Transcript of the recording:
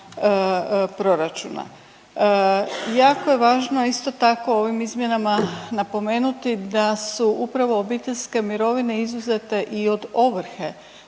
proračuna. Jako je važno isto tako u ovim izmjenama napomenuti da su upravo obiteljske mirovine izuzete i od ovrhe,